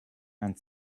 and